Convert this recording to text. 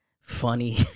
funny